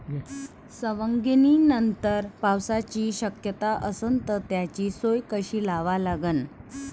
सवंगनीनंतर पावसाची शक्यता असन त त्याची सोय कशी लावा लागन?